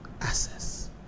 Access